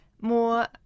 more